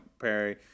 Perry